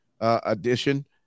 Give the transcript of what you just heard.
edition